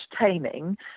entertaining